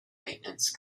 maintenance